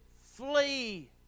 flee